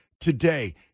today